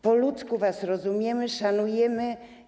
Po ludzku was rozumiemy i szanujemy.